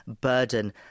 burden